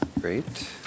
Great